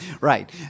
Right